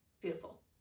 beautiful